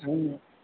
हूँ